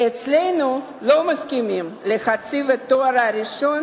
ואצלנו לא מסכימים להציב את התואר הראשון